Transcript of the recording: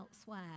elsewhere